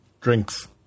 Drinks